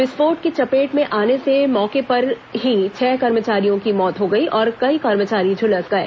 विस्फोट की चपेट में आने से मौके पर ही छह कर्मचारियों की मौत हो गई और कई कर्मचारी झुलस गए